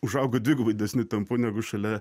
užaugo dvigubai didesniu tempu negu šalia